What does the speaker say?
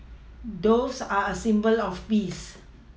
doves are a symbol of peace